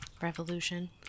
Revolution